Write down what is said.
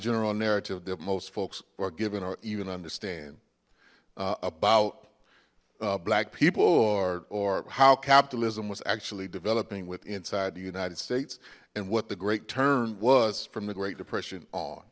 general narrative that most folks are given or even understand about black people or or how capitalism was actually developing with inside the united states and what the great term was from the great depression on